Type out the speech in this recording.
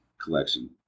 collection